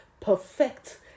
perfect